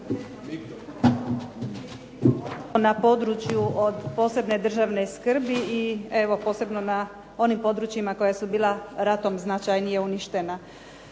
području od posebne državne skrbi, i posebno na onim područjima koja su bila ratom značajnije uništena.